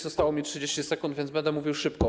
Zostało mi 30 sekund, więc będę mówił szybko.